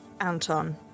Anton